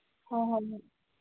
ꯍꯣꯏ ꯍꯣꯏ ꯑꯗꯨ